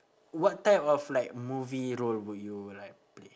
what type of like movie role would you like play